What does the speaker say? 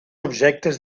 objectes